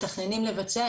מתכננים לבצע.